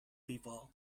people